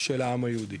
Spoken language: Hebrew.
של העם היהודי